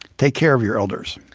take care of your elders.